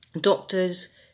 doctors